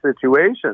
situation